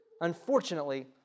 unfortunately